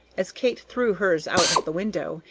as kate threw hers out of the window,